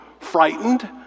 frightened